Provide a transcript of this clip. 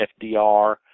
FDR